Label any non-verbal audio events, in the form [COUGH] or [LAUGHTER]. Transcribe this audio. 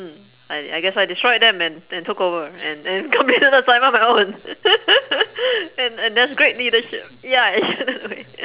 hmm I I guess I destroyed them and then took over and and completed the assignment on my own [LAUGHS] and and that's great leadership ya it showed them the way [NOISE]